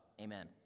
Amen